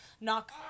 knock